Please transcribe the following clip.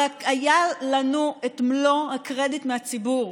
הרי היה לנו את מלוא הקרדיט מהציבור.